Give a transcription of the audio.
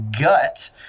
gut